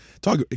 Talk